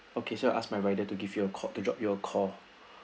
okay so I'll ask my rider to give you a call to drop your call